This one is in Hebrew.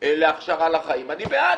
להכשרה לחיים אני בעד.